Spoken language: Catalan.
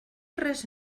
res